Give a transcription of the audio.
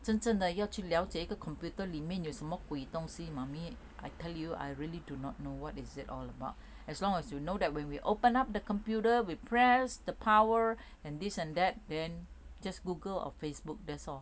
真正的要去了解一个 computer 里面有什么鬼东西 mummy I tell you I really do not know what is it all about as long as you know that when we open up the computer we press the power and this and that then just google or facebook that's all